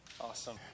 Awesome